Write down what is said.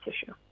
tissue